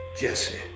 Jesse